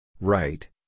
Right